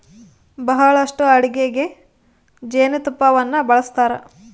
ಬಹಳಷ್ಟು ಅಡಿಗೆಗ ಜೇನುತುಪ್ಪನ್ನ ಬಳಸ್ತಾರ